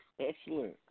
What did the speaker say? Excellent